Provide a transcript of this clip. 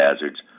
hazards